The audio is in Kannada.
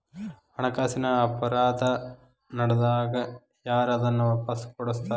ಹಣಕಾಸಿನ್ ಅಪರಾಧಾ ನಡ್ದಾಗ ಯಾರ್ ಅದನ್ನ ವಾಪಸ್ ಕೊಡಸ್ತಾರ?